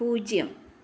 പൂജ്യം